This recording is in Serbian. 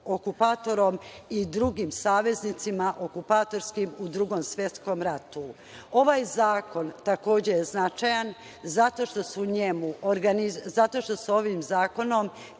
okupatorom i drugim saveznicima okupatorskim u Drugom svetskom ratu. Ovaj zakon takođe je značajan zato što se ovim zakonom